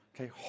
Okay